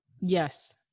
Yes